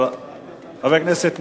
חבר הכנסת נסים,